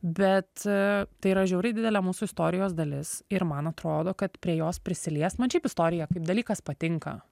bet tai yra žiauriai didelė mūsų istorijos dalis ir man atrodo kad prie jos prisiliest man šiaip istorija kaip dalykas patinka